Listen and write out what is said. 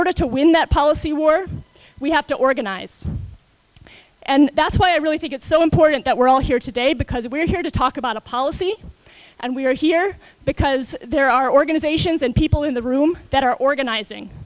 order to win that policy war we have to organize and that's why i really think it's so important that we're all here today because we're here to talk about a policy and we are here because there are organizations and people in the room that are organizing